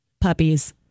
puppies